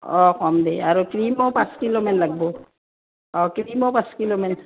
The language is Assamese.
অঁ কম দেই আৰু ক্ৰীমো পাঁচ কিলোমান লাগব অঁ ক্ৰীমো পাঁচ কিলোমান